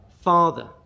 father